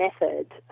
method